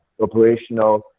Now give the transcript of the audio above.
operational